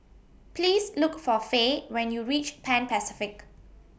Please Look For Fae when YOU REACH Pan Pacific